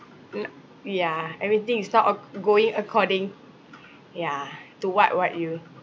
mm) yeah everything is not acc~ going according yeah to what what you